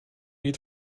eat